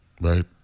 right